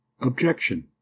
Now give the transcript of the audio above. objection